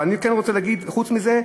אבל אני כן רוצה להגיד, חוץ מזה: